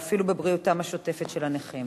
ואפילו בבריאותם השוטפת של הנכים.